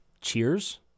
Cheers